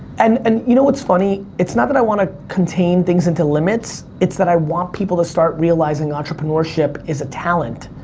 and and you know what's funny, it's not that i want to contain things into limits, it's that i want people to start realizing entrepreneurship is a talent.